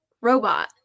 robot